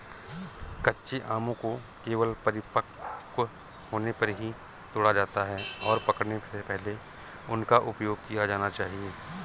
कच्चे आमों को केवल परिपक्व होने पर ही तोड़ा जाता है, और पकने से पहले उनका उपयोग किया जाना चाहिए